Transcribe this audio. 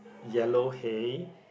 yellow hay